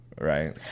right